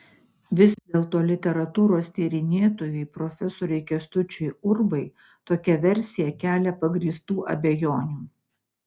vis dėlto literatūros tyrinėtojui profesoriui kęstučiui urbai tokia versija kelia pagrįstų abejonių